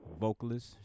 vocalist